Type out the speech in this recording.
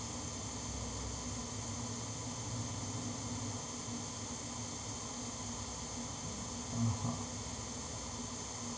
(uh huh)